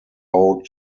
week